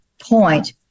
point